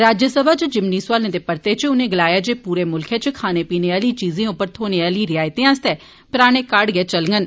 राज्यसभा च जिमनी सौआलें दे परते च उनें गलाया जे पूरे मुल्ख च खाने पीने आली चीजें उप्पर थ्होने आली रियायतें आस्तै पराने कार्ड गै चलगंन